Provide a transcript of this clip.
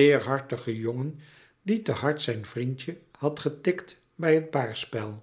teêrhartigen jongen die te hard zijn vriendje had getikt bij een